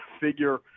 figure